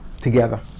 together